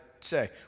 say